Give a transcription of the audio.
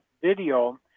video